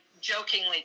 jokingly